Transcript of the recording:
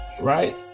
right